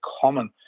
common